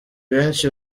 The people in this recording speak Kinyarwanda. benshi